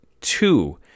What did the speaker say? Two